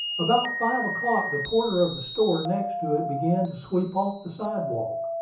about five o'clock the porter of the store next to it began to sweep off the sidewalk.